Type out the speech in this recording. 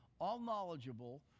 all-knowledgeable